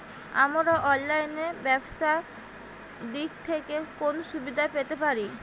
আমরা অনলাইনে ব্যবসার দিক থেকে কোন সুবিধা পেতে পারি?